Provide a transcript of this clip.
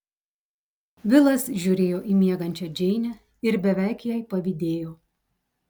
vilas žiūrėjo į miegančią džeinę ir beveik jai pavydėjo